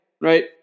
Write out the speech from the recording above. Right